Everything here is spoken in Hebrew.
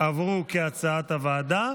כהצעת הוועדה,